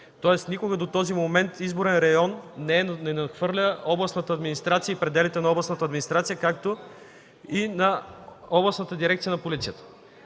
Тоест, никога до този момент изборен район не надхвърля областната администрация и пределите на областната администрация, както и на областната дирекция на полицията.